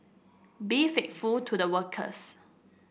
be faithful to the workers